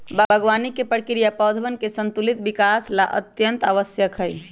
बागवानी के प्रक्रिया पौधवन के संतुलित विकास ला अत्यंत आवश्यक हई